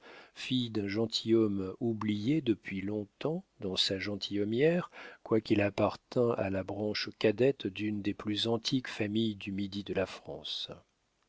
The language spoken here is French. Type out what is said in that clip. fille d'un gentilhomme oublié depuis longtemps dans sa gentilhommière quoiqu'il appartînt à la branche cadette d'une des plus antiques familles du midi de la france